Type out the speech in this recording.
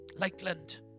Lakeland